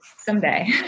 someday